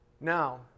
Now